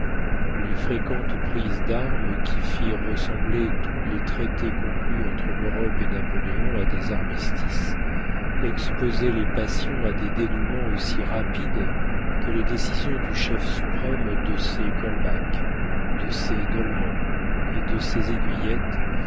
les fréquentes prises d'armes qui firent ressembler tous les traités conclus entre l'europe et napoléon à des armistices exposaient les passions à des dénoûments aussi rapides que les décisions du chef suprême de ces kolbacs de ces dolmans et de ces aiguillettes